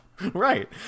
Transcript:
right